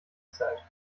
zeit